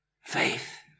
faith